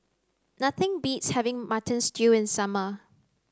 nothing beats having mutton stew in summer